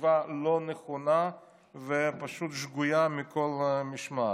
חשיבה לא נכונה ופשוט שגויה מכול וכול.